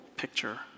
picture